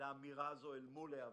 לאמירה הזו אל מול העבר?